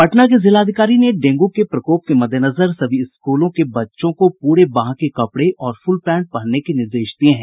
पटना के जिलाधिकारी ने डेंगू के प्रकोप के मद्देनजर सभी स्कूलों के बच्चों को पूरे बांह के कपड़े और फुलपैंट पहनने के निर्देश दिये हैं